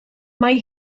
mae